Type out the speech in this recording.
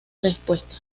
respuesta